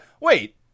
wait